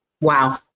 Wow